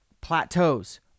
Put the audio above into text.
plateaus